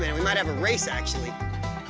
and we might have a race actually.